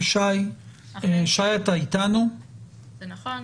זה נכון?